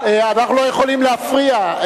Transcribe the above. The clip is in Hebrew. לא יכולים להפריע.